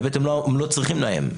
והם לא צריכים לאיים,